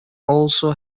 also